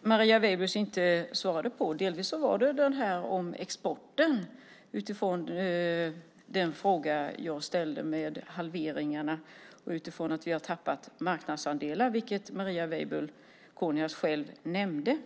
Marie Weibull Kornias inte svarade på var den om exporten. Jag ställde en fråga om halveringarna och utifrån det faktum att vi har tappat marknadsandelar, vilket Marie Weibull Kornias själv nämnde.